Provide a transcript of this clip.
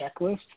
checklist